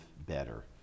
better